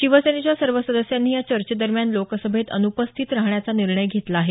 शिवसेनेच्या सर्व सदस्यांनीही या चर्चेदरम्यान लोकसभेत अन्पस्थित राहण्याचा निर्णय घेतला आहे